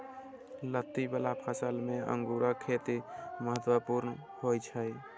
लत्ती बला फसल मे अंगूरक खेती महत्वपूर्ण होइ छै